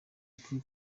ati